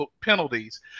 penalties